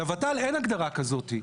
לות"ל אין הגדרה כזאת.